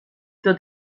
tot